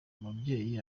umubyeyi